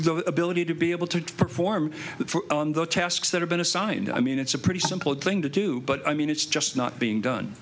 the ability to be able to perform the tasks that have been assigned i mean it's a pretty simple thing to do but i mean it's just not being done